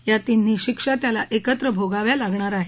या तिन्ही शिक्षा त्याला एकत्र भोगाव्या लागणार आहेत